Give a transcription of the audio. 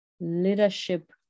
leadership